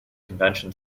convention